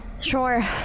Sure